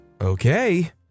Okay